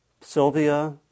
Sylvia